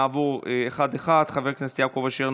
נעבור אחד-אחד: חבר הכנסת יעקב אשר,